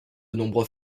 nombreux